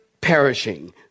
perishing